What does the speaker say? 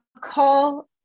call